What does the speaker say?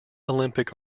olympic